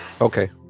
Okay